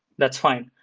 that's fine.